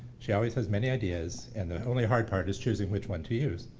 she always has many ideas and the only hard part is choosing which one to use.